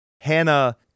Hannah